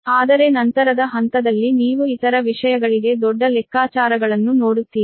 ಆದರೆ ನಂತರದ ಹಂತದಲ್ಲಿ ನೀವು ಇತರ ವಿಷಯಗಳಿಗೆ ದೊಡ್ಡ ಲೆಕ್ಕಾಚಾರಗಳನ್ನು ನೋಡುತ್ತೀರಿ